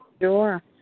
Sure